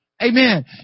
Amen